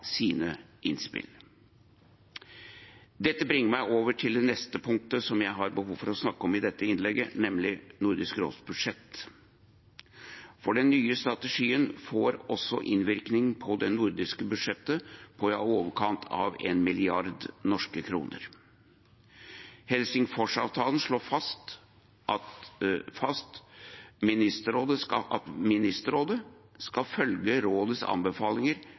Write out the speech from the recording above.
sine innspill. Dette bringer meg over til det neste punktet som jeg har behov for å snakke om i dette innlegget, nemlig Nordisk råds budsjett, for den nye strategien får innvirkning på det nordiske budsjettet på i overkant av 1 milliard norske kroner. Helsingforsavtalen slår også fast at Ministerrådet skal følge Rådets anbefalinger